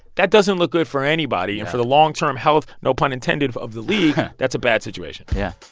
that doesn't look good for anybody. and for the long-term health no pun intended of the league, that's a bad situation yeah